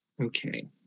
Okay